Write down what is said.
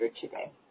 today